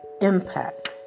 impact